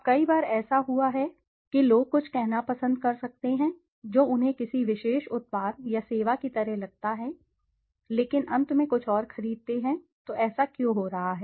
अब कई बार ऐसा हुआ है हमने देखा है कि लोग कुछ कहना पसंद कर सकते हैं जो उन्हें किसी विशेष उत्पाद या सेवा की तरह लगता है लेकिन अंत में कुछ और खरीदते हैं तो ऐसा क्यों हो रहा है